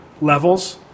levels